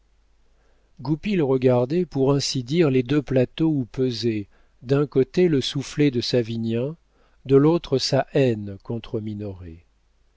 poussait goupil regardait pour ainsi dire les deux plateaux où pesaient d'un côté le soufflet de savinien de l'autre sa haine